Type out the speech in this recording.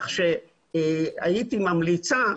כך שהייתי ממליצה,